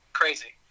crazy